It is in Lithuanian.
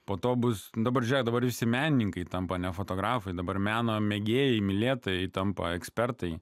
po to bus dabar žiūrėk dabar visi menininkai tampa ne fotografai dabar meno mėgėjai mylėtojai tampa ekspertai